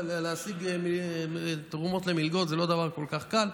להשיג תרומות למלגות זה לא דבר כל כך קל.